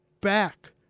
back